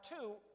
two